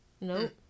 Nope